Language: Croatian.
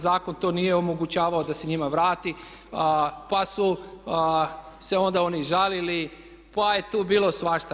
Zakon to nije omogućavao da se njima vrati, pa su se onda oni žalili, pa je tu bilo svašta.